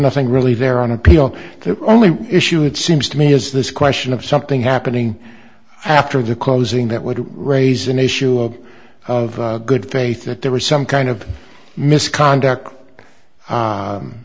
nothing really there on appeal the only issue it seems to me is this question of something happening after the closing that would raise an issue of good faith that there was some kind of misconduct